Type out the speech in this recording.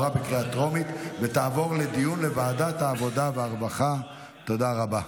לוועדת העבודה והרווחה נתקבלה.